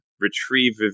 retrieve